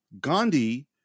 Gandhi